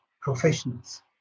professionals